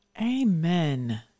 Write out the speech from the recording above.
Amen